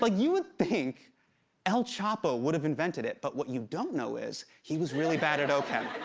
like you would think el chapo would have invented it. but what you don't know is, he was really bad at o-chem.